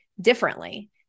differently